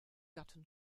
gatten